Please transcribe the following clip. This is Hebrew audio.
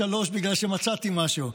3 נקודות בגלל שמצאתי משהו.